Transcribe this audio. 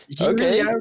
Okay